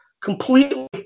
completely